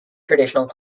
traditionally